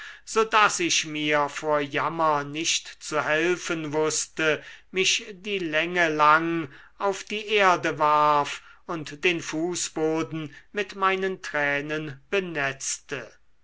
so daß ich mir vor jammer nicht zu helfen wußte mich die länge lang auf die erde warf und den fußboden mit meinen tränen benetzte